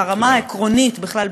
ברמה העקרונית בכלל,